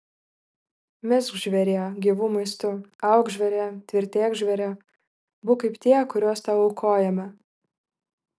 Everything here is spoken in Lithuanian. misk žvėrie gyvu maistu auk žvėrie tvirtėk žvėrie būk kaip tie kuriuos tau aukojame